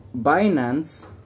Binance